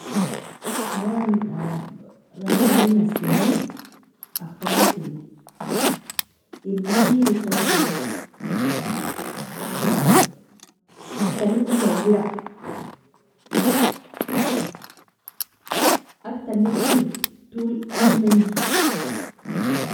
Hayawan garib ien naseni akhtaboteli edi digidtonkoni ortanikon dawira agtanikoni tolmanji.